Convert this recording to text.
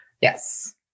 Yes